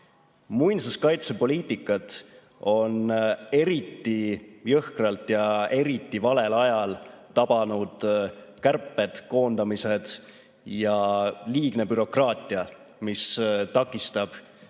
Muinsuskaitsepoliitikat on eriti jõhkralt ja eriti valel ajal tabanud kärped, koondamised ja liigne bürokraatia, mis takistab